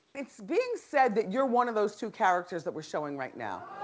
it's being said that you're one of those two characters that we're showing right now.